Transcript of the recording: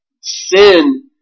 sin